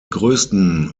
größten